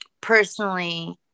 personally